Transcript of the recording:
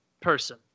person